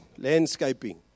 landscaping